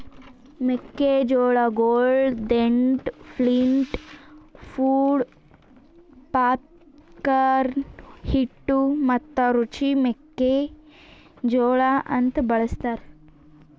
ಮೆಕ್ಕಿ ಜೋಳಗೊಳ್ dent, flint, pod, popcorn, ಹಿಟ್ಟು ಮತ್ತ ರುಚಿ ಮೆಕ್ಕಿ ಜೋಳ ಅಂತ್ ಬಳ್ಸತಾರ್